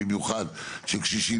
במיוחד של קשישים,